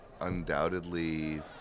undoubtedly